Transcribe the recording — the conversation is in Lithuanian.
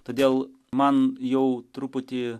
todėl man jau truputį